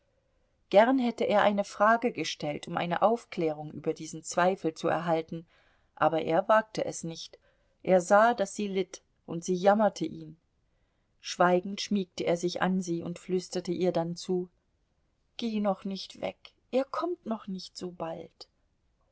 gern hätte er eine frage gestellt um eine aufklärung über diesen zweifel zu erhalten aber er wagte es nicht er sah daß sie litt und sie jammerte ihn schweigend schmiegte er sich an sie und flüsterte ihr dann zu geh noch nicht weg er kommt noch nicht so bald